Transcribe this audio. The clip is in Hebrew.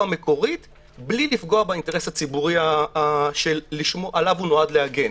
המקורית בלי לפגוע באינטרס הציבורי שעליו הוא נועד להגן.